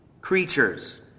creatures